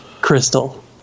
Crystal